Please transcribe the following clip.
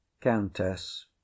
countess